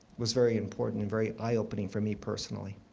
was very important and very eye-opening for me personally.